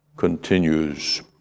continues